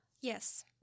Yes